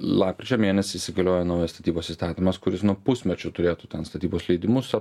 lapkričio mėnesį įsigaliojo naujas statybos įstatymas kuris nuo pusmečio turėtų ten statybos leidimus